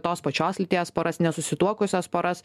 tos pačios lyties poras nesusituokusias poras